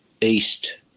east